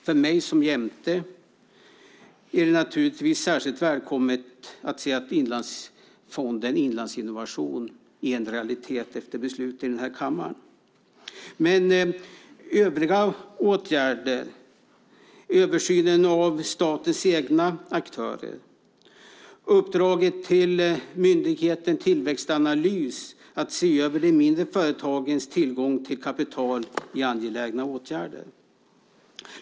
För mig som jämte är det naturligtvis särskilt välkommet att inlandsfonden, inlandsinnovation, blir en realitet efter beslut i den här kammaren. Övriga åtgärder, översynen av statens egna aktörer och uppdraget till myndigheten Tillväxtanalys att se över de mindre företagens tillgång till kapital, är angelägna åtgärder.